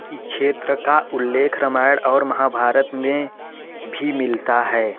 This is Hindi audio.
इस क्षेत्र का उल्लेख रामायण और महाभारत में भी मिलता है